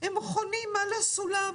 שחונים על הסולם.